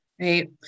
right